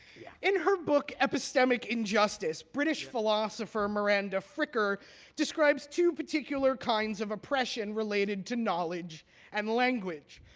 yeah. in her book epistemic injustice, british philosopher miranda fricker describes two particular kinds of oppression related to knowledge and language.